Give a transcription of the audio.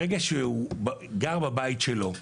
ברגע שהוא גר בבית שלו,